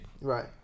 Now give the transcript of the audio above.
Right